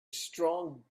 strong